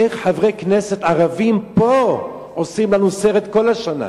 איך חברי כנסת ערבים פה עושים לנו סרט כל השנה.